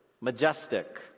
majestic